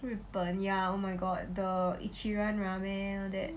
日本 ya oh my god the ichiran ramen all that